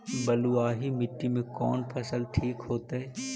बलुआही मिट्टी में कौन फसल ठिक होतइ?